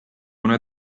una